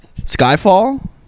Skyfall